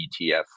ETF